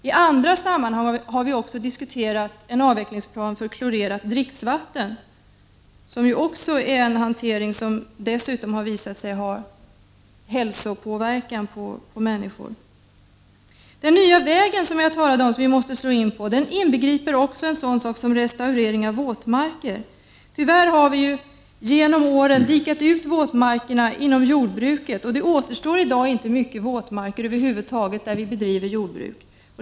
I andra sammanhang har vi också diskuterat en avvecklingsplan för klorerat dricksvatten som är en hantering som dessutom har visat sig ha hälsopåverkan på människor. Den nya väg som jag har talat om som vi måste slå in på inbegriper också en sådan sak som restaurering av våtmarker. Tyvärr har vi genom åren dikat ut våtmarkerna inom jordbruket, och nu återstår inte många våtmarker över huvud taget i jordbruksbygder.